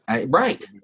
Right